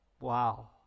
Wow